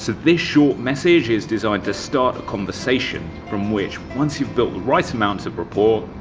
this short message is designed to start a conversation from which once you've built the right amount of rapport,